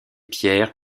pierres